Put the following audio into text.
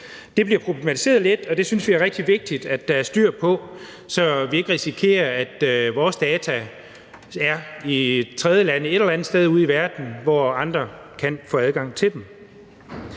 Det bliver problematiseret lidt, og det synes vi er rigtig vigtigt at der er styr på, så vi ikke risikerer, at vores data er i tredjelande et eller andet sted ude i verden, hvor andre kan få adgang til dem.